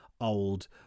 old